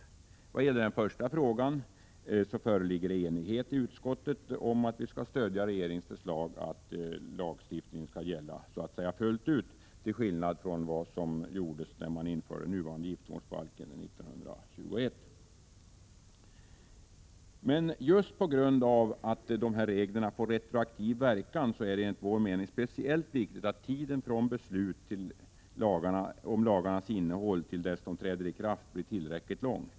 När det gäller den första frågan föreligger det enighet i utskottet om att vi skall stödja regeringens förslag att lagstiftningen skall gälla så att säga fullt ut, till skillnad från vad som skedde när man 1921 införde nuvarande giftermålsbalken. Men just på grund av att reglerna får retroaktiv verkan är det enligt vår mening speciellt viktigt att tiden från beslut om lagarnas innehåll till dess att de träder i kraft blir tillräckligt lång.